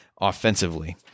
offensively